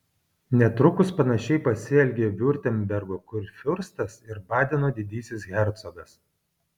netrukus panašiai pasielgė viurtembergo kurfiurstas ir badeno didysis hercogas